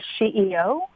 CEO